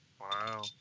wow